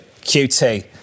QT